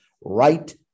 right